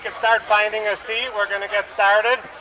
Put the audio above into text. ah start finding a seat, we're going to get started.